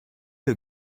you